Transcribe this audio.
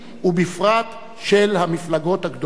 ובפרט של המפלגות הגדולות.